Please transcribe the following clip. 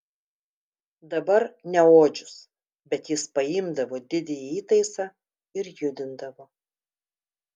dabar ne odžius bet jis paimdavo didįjį įtaisą ir judindavo